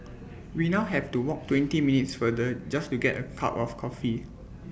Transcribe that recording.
we now have to walk twenty minutes further just to get A cup of coffee